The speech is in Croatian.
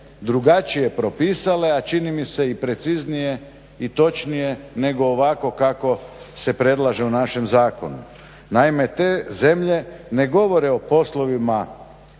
drugačije propisale a čini mi se i preciznije i točnije nego ovako kako se predlaže u našem zakonu. Naime, te zemlje ne govore o poslovima,